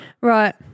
Right